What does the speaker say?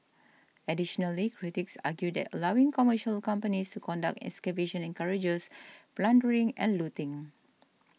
additionally critics argued that allowing commercial companies to conduct excavations encourages plundering and looting